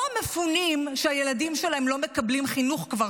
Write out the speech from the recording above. לא מפונים שהילדים שלהם לא מקבלים חינוך כבר